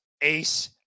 ace